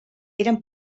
eren